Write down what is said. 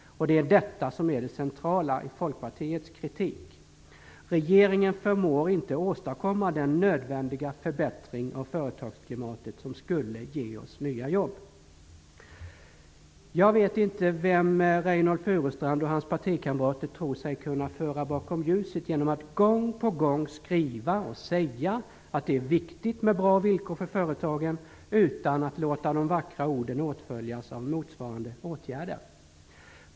Det är detta som är det centrala i Folkpartiets kritik: Regeringen förmår inte åstadkomma den nödvändiga förbättring av företagsklimatet som skulle ge oss nya jobb. Jag vet inte vem Reynoldh Furustrand och hans partikamrater tror sig kunna föra bakom ljuset genom att gång på gång skriva och säga att det är viktigt med bra villkor för företagen, utan att låta de vackra orden åtföljas av motsvarande åtgärder.